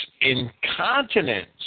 incontinence